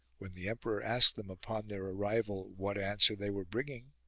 when the emperor asked them upon their arrival what answer they were bringing,